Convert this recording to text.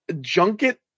Junket